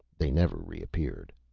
they never reappeared.